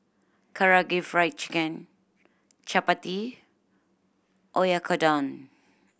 Karaage Fried Chicken Chapati Oyakodon